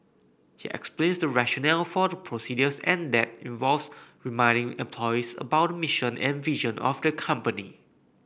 he explains the rationale for the procedures and that involves reminding employees about the mission and vision of the company